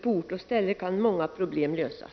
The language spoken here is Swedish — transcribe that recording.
På ort och ställe kan ju många problem lösas.